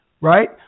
right